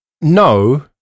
no